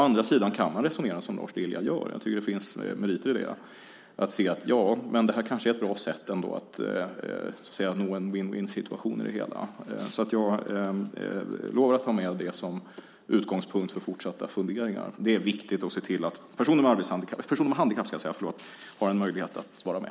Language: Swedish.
Å andra sidan kan man resonera som Lars Lilja gör - jag tycker att det finns meriter i det - att detta kanske ändå är ett bra sätt att nå en vinna-vinna-situation i det hela. Jag lovar att ha med det som utgångspunkt för fortsatta funderingar. Det är viktigt att se till att personer med handikapp har en möjlighet att vara med.